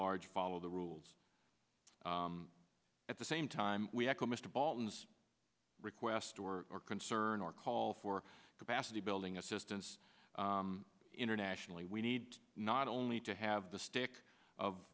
large follow the rules at the same time we echo mr bolton's request or concern or call for capacity building assistance internationally we need not only to have the stick of